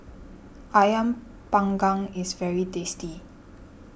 Ayam Panggang is very tasty